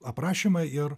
aprašymą ir